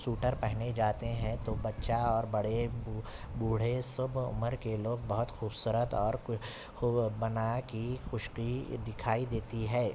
sweater پہنے جاتے ہیں تو بچہ اور بڑے بو بوڑھے سب عمر کے لوگ بہت خوبصورت اور کو خوب بنا کے خشکی دکھائی دیتی ہے